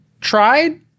tried